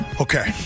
Okay